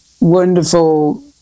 wonderful